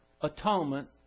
atonement